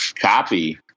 copy